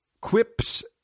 Quips